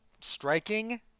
striking